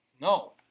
No